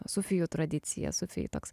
sufijų tradicija sufijai toks